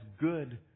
good